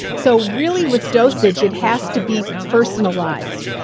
so really with dosage it has to be personalized.